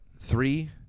Three